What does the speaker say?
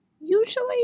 Usually